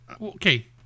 okay